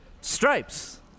Stripes